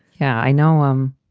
yeah, i know, um,